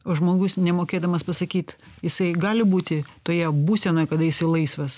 o žmogus nemokėdamas pasakyt jisai gali būti toje būsenoj kada jisai laisvas